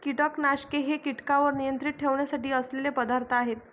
कीटकनाशके हे कीटकांवर नियंत्रण ठेवण्यासाठी असलेले पदार्थ आहेत